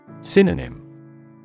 Synonym